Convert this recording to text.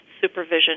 supervision